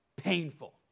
painful